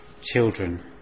children